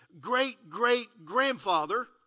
Great-great-grandfather